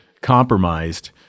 compromised